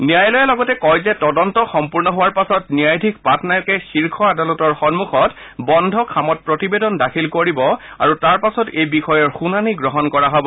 ন্যায়ালয়ে লগতে কয় যে তদন্ত সম্পূৰ্ণ হোৱাৰ পাছত ন্যায়াধীশ পাটনায়কে শীৰ্ষ আদালতৰ সন্মুখত বন্ধ খামত প্ৰতিবেদন দাখিল কৰিব আৰু তাৰপাছত এই বিষয়ৰ শুনানি গ্ৰহণ কৰা হ'ব